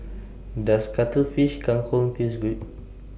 Does Cuttlefish Kang Kong Taste Good